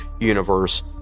universe